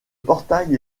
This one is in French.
portail